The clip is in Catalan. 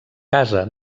casa